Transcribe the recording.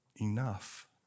enough